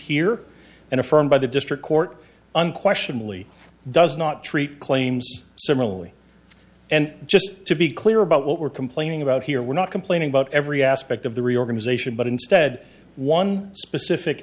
here and affirmed by the district court unquestionably does not treat claims similarly and just to be clear about what we're complaining about here we're not complaining about every aspect of the reorganization but instead one specific